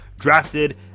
drafted